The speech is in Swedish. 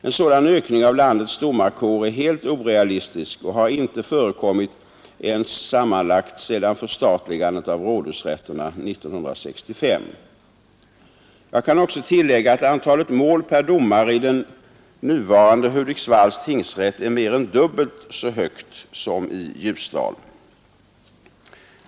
En sådan ökning av landets domarkår är helt orealistisk och har inte förekommit ens sammanlagt sedan förstatligandet av rådhusrätterna år 1965. Jag kan också tillägga att antalet mål per domare i den nuvarande Hudiksvalls tingsrätt är mer än dubbelt så högt som i Ljusdal.